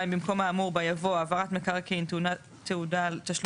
במקום האמור בה יבוא: "העברת מקרקעין טעונה תעודה על תשלום